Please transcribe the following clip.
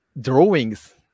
drawings